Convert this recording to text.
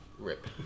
rip